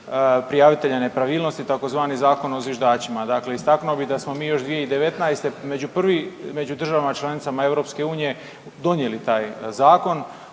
prijavitelja nepravilnosti tzv. Zakon o zviždačima. Dakle, istaknuo bi da smo mi još 2019. među prvi, među državama članicama EU donijeli taj zakon,